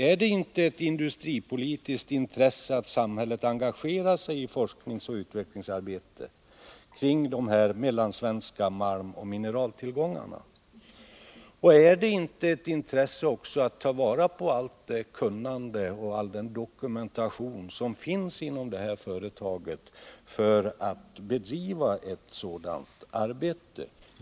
Är det inte ett industripolitiskt intresse att samhället engagerar sig i forskningsoch utvecklingsarbete kring de mellansvenska malmoch mineraltillgångarna? Är det inte också ett industripolitiskt intresse att ta vara påallt det kunnande och all den dokumentation som finns inom detta företag för att bedriva ett sådant arbete?